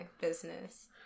business